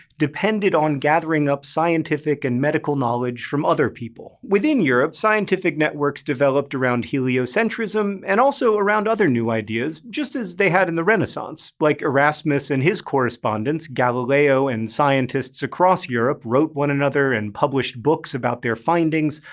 depended on gathering up scientific and medical knowledge from other people. within europe, scientific networks developed around heliocentrism and also around other new ideas just as they had in the renaissance. like erasmus and his correspondents, galileo and scientists across europe wrote one another and published books about their findings.